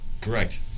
Correct